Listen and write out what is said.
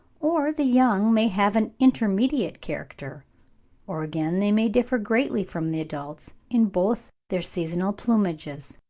or the young may have an intermediate character or again they may differ greatly from the adults in both their seasonal plumages.